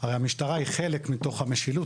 הרי המשטרה היא חלק מתוך המשילות,